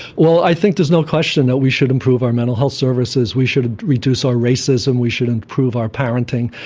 well, i think there's no question that we should improve our mental health services, we should reduce our racism, we should improve our parenting.